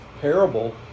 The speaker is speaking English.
parable